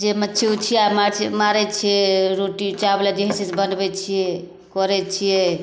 जे मच्छी उच्छी आओर मार मारै छिए रोटी चावल जे होइ छै से बनबै छिए करै छिए